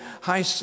high